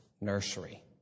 nursery